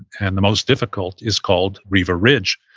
and the most difficult, is called riva ridge.